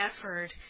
effort